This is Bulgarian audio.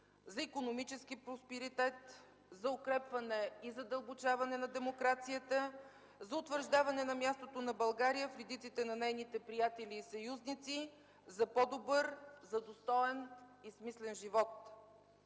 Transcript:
за икономически просперитет, за укрепване и задълбочаване на демокрацията, за утвърждаване на мястото на България в редиците на нейните приятели и съюзници, за по-добър, за достоен и смислен живот.